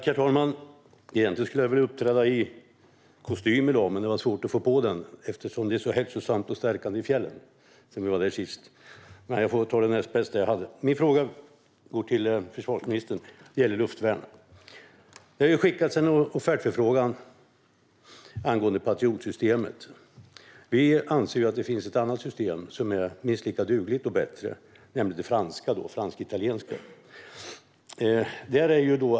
Herr talman! Min fråga går till försvarsministern och gäller luftvärn. Det har skickats en offertförfrågan angående Patriotsystemet. Vi anser att det finns ett annat system som är minst lika dugligt och bättre, nämligen det fransk-italienska.